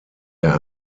der